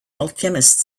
alchemist